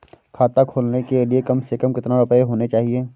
खाता खोलने के लिए कम से कम कितना रूपए होने चाहिए?